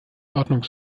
ordnung